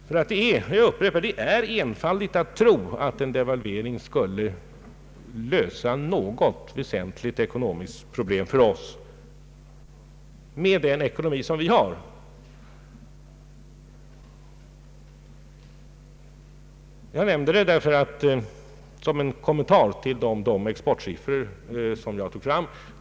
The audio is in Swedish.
Det är nämligen — jag upprepar det — enfaldigt att tro att en devalvering skulle lösa något väsentligt ekonomiskt problem för oss med den ekonomi vi har. Jag nämner detta såsom en kommentar till de exportsiffror som jag tog fram.